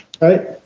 right